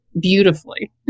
beautifully